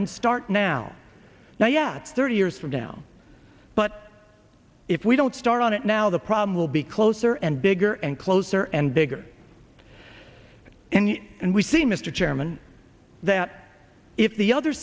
and start now now yet thirty years from now but if we don't start on it now the problem will be closer and bigger and closer and bigger and and we see mr chairman that if the other